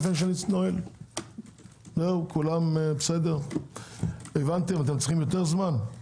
אתם צריכים יותר זמן?